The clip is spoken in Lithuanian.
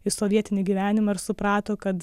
į sovietinį gyvenimą ir suprato kad